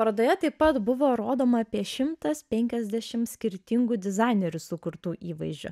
parodoje taip pat buvo rodoma apie šimtas penkiasdešimt skirtingų dizainerių sukurtų įvaizdžių